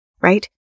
right